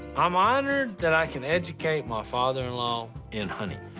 i'm honored that i can educate my father-in-law in hunting.